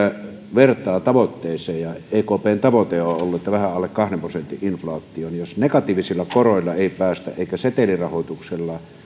vertaa tavoitteeseen ekpn tavoite on ollut että on vähän alle kahden prosentin inflaatio niin jos ei negatiivisilla koroilla eikä setelirahoituksella päästä